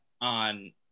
on